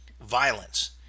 violence